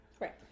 Right